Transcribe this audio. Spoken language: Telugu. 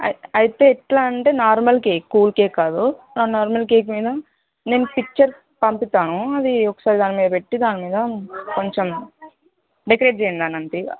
అయితే ఎట్లా అంటే నార్మల్ కేక్ కూల్ కేక్ కాదు ఆ నార్మల్ కేక్ మీద నేను పిక్చర్ పంపిస్తాను అది ఒకసారి దాని మీద పెట్టి దాని మీద కొంచెం డెకరేట్ చేయండి దాన్ని అంతే